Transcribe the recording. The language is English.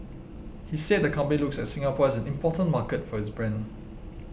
he said the company looks at Singapore as an important market for its brand